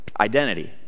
Identity